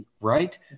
right